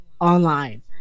Online